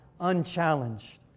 unchallenged